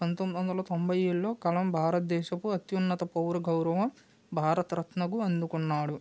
పంతొమ్మిదివందల తొంబై ఏడులో కలం భారత దేశపు అత్యున్నత పౌర గౌరవం భారతరత్నకు అందుకున్నాడు